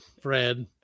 fred